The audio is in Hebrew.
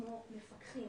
כמו מפקחים,